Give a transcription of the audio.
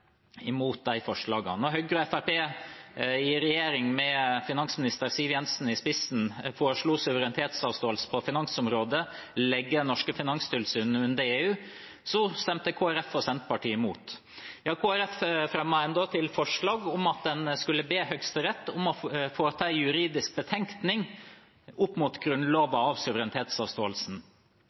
de forslagene. Da Høyre og Fremskrittspartiet i regjering – med finansminister Siv Jensen i spissen – foreslo suverenitetsavståelse på finansområdet, å legge det norske finanstilsynet inn under EU, stemte Kristelig Folkeparti og Senterpartiet imot. Ja, Kristelig Folkeparti fremmet endatil forslag om at en skulle be Høyesterett om å foreta en juridisk betenkning av suverenitetsavståelsen opp mot Grunnloven.